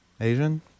Asian